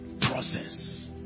Process